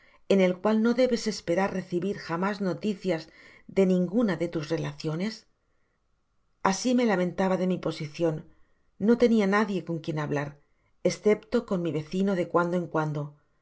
en el cual no debes esperar recibir jamás noticias de ninguna de tus relaciones content from google book search generated at asi me lamentaba de mi posicion no tenia nadie con quien hablar escepto con mi vecino de cuando en cuando